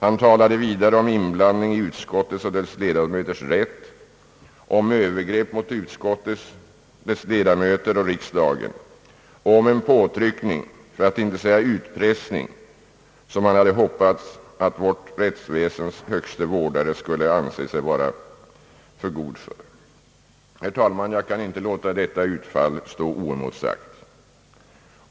Han talade vidare om inblandning i utskottets och dess ledamöters rätt att handla, om övergrepp mot utskottet, dess ledamöter och riksdagen och om en påtryckning, för att inte säga utpressning, som han hade hoppats att vårt rättsväsens högste vårdare skulle anse sig vara för god för. Herr talman! Jag kan inte låta detta utfall stå oemotsagt.